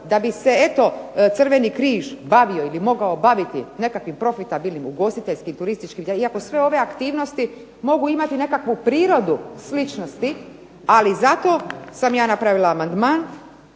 da bi se eto Crveni križ bavio ili mogao baviti nekakvim profitabilnim ugostiteljskim, iako sve ove aktivnosti mogu imati nekakvu prirodu sličnosti. Ali zato sam ja napravila amandman